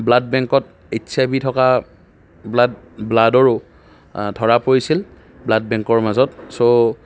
blood বেংকত H I V থকা blood ব্লাডৰো ধৰা পৰিছিল ব্লাড বেংকৰ মাজত চ'